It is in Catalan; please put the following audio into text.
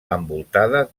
envoltada